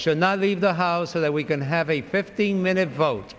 should not leave the house so that we can have a fifteen minute vote